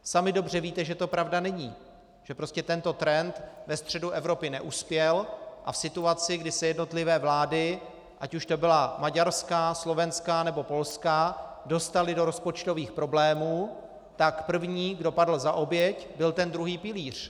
Sami dobře víte, že to pravda není, že prostě tento trend ve středu Evropy neuspěl, a v situaci, kdy se jednotlivé vlády, ať už to byla maďarská, slovenská, nebo polská, dostaly do rozpočtových problémů, tak první, kdo padl za oběť, byl ten druhý pilíř.